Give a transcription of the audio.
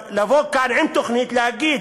לבוא כאן עם תוכנית, להגיד: